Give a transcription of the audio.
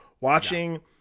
watching